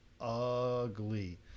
ugly